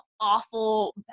awful